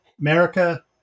America